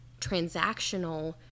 transactional